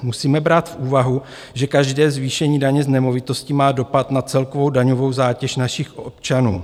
Musíme brát v úvahu, že každé zvýšení daně z nemovitosti má dopad na celkovou daňovou zátěž našich občanů.